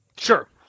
Sure